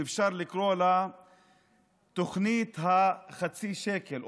שאפשר לקרוא לה תוכנית החצי שקל,